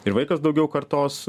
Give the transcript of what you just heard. ir vaikas daugiau kartos